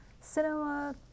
cinema